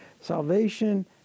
salvation